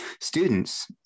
students